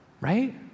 Right